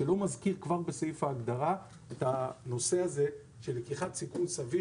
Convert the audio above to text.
שלא מזכיר כבר בסעיף ההגדרה את הנושא של לקיחת סיכון סביר,